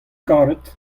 karet